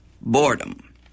boredom